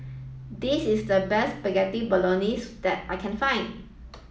this is the best Spaghetti Bolognese that I can find